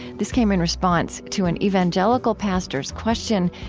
this came in response to an evangelical pastor's question,